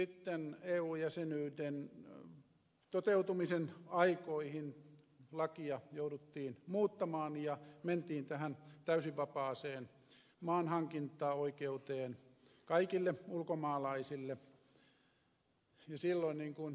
sitten eu jäsenyyden toteutumisen aikoihin lakia jouduttiin muuttamaan ja mentiin tähän täysin vapaaseen maanhankintaoikeuteen kaikille ulkomaalaisille ja silloin niin kuin ed